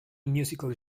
musical